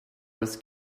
was